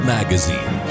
Magazine